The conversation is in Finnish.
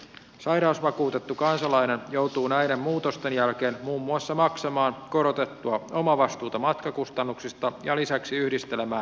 sairausvakuutettu kansalainen joutuu näiden muutosten jälkeen muun muassa maksamaan korotettua omavastuuta matkakustannuksista ja lisäksi yhdistelemään matkojaan